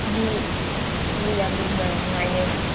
ꯃꯤ ꯃꯤ ꯌꯥꯝꯕꯗꯨꯅ ꯅꯨꯡꯉꯥꯏꯅꯦ